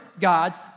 gods